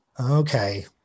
Okay